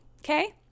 okay